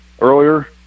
earlier